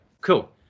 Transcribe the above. Cool